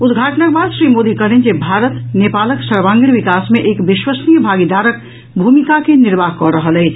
उद्घाटनक बाद श्री मोदी कहलनि जे भारत नेपालक सर्वांगीण विकास मे एक विश्वसनीय भागीदारक भूमिका के निर्वाह कऽ रहल अछि